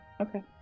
Okay